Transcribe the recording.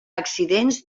accidents